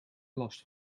last